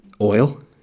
oil